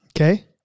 okay